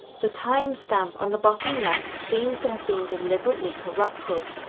the timestamp on the bottom left seems to have been deliberately corrupted.